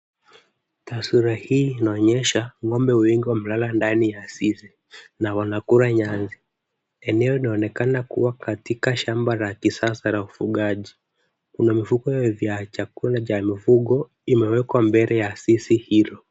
Taswira hii inaonyesha ng'ombe wengi wamelala ndani ya zizi na wanakula nyasi. Eneo linaonekana kuwa katika shamba la kisasa la ufugaji. Kuna mifuko vya chakula cha mifugo imewekwa mbele ya zizi hilo.